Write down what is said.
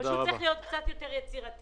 פשוט צריך להיות קצת יותר יצירתיים.